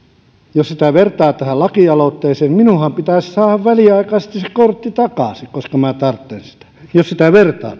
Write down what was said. jos sitä vertaa tähän lakialoitteeseen niin minunhan pitäisi saada väliaikaisesti se kortti takaisin koska minä tarvitsen sitä jos sitä vertaa